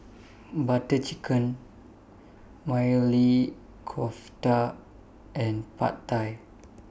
Butter Chicken Maili Kofta and Pad Thai